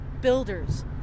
builders